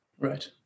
Right